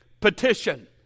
petition